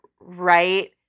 right